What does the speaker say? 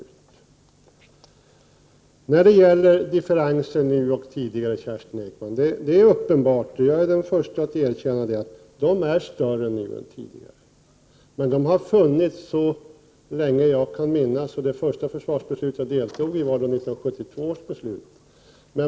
Det är uppenbart, Kerstin Ekman, att differensen mellan önskemål och framlagda förslag beträffande materielanskaffningarna är större nu än tidigare. Jag är den förste att erkänna detta. Men denna differens har funnits så länge jag kan minnas. Det första försvarsbeslut som jag medverkade i var 1972 års beslut.